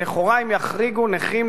שלכאורה הם יחריגו נכים,